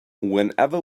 whenever